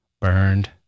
burned